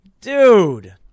dude